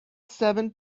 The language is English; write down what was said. seven